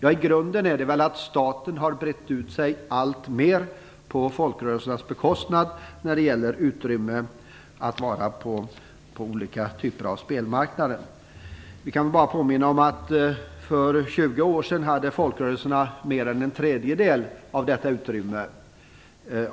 I grunden är det väl att staten har brett ut sig alltmer på folkrörelsernas bekostnad när det gäller utrymme att vara på olika typer av spelmarknader. Jag kan påminna om att folkrörelserna för 20 år sedan hade mer än en tredjedel av detta utrymme.